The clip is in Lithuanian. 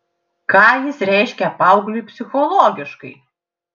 ką jis reiškia paaugliui psichologiškai